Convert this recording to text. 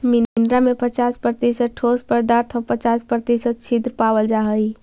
मृदा में पच्चास प्रतिशत ठोस पदार्थ आउ पच्चास प्रतिशत छिद्र पावल जा हइ